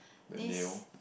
the nail